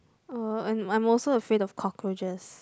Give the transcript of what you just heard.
uh and I'm also afraid of cockroaches